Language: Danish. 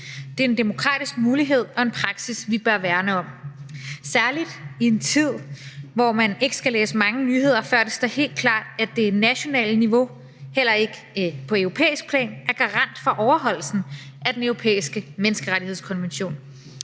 Det er en demokratisk mulighed og en praksis, vi bør værne om, særlig i en tid, hvor man ikke skal læse mange nyheder, før det står helt klart, at det nationale niveau heller ikke på europæisk plan er garant for overholdelsen af Den Europæiske Menneskerettighedskonvention.